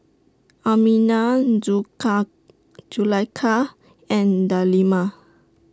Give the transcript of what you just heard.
Aminah Zulaikha and Delima